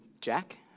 Jack